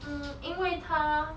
mm 因为他